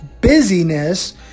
busyness